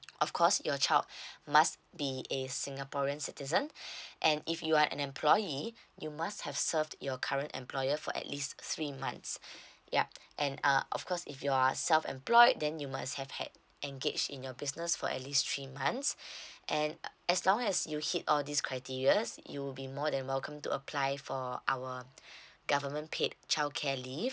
of course your child must be a singaporean citizen and if you are an employee you must have served your current employer for at least three months yup and uh of course if you are self employed then you must have had engage in your business for at least three months and as long as you hit all these criterias you will be more than welcome to apply for our government paid childcare leave